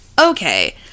Okay